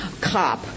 cop